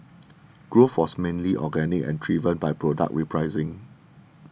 growth was mainly organic and driven by product repricing